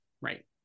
Right